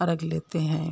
अर्घ लेते हैं